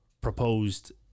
proposed